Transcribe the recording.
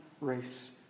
Race